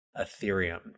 Ethereum